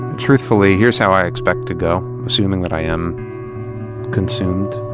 truthfully, here's how i expect to go. assuming that i am consumed,